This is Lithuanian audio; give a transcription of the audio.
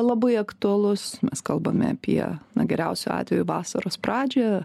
labai aktualus mes kalbame apie na geriausiu atveju vasaros pradžią